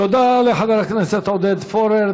תודה לחבר הכנסת עודד פורר.